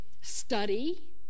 study